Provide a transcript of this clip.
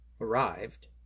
arrived